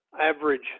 average